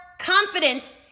confident